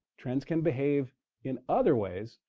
trends can behave in other ways.